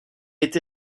été